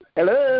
Hello